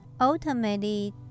ultimately